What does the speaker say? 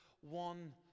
one